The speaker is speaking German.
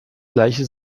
gleiche